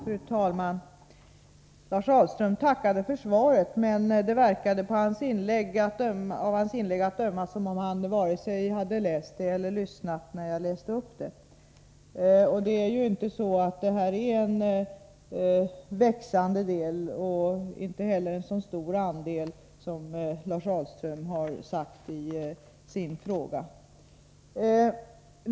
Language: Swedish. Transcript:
Fru talman! Lars Ahlström tackade för svaret, men av hans inlägg verkade det som om han varken hade läst svaret eller lyssnat när jag läste upp det. Samhällsföretags marknadsandel inom furumöbelsområdet är inte så stor och växande som Lars Ahlström har sagt i sin fråga.